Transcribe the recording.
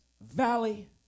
valley